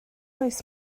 oes